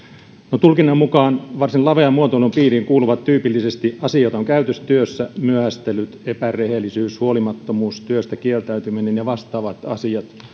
no tulkinnan mukaan varsin lavean muotoilun piirin kuuluvat tyypillisesti asiaton käytös työssä myöhästelyt epärehellisyys huolimattomuus työstä kieltäytyminen ja vastaavat asiat